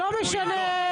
לא משנה,